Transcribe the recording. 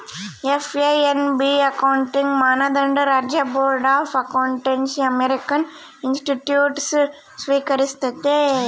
FASB accounting ಮಾನದಂಡ ರಾಜ್ಯ board of accountancy American institutes ಸ್ವೀಕರಿಸ್ತತೆ